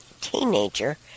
teenager